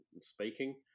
speaking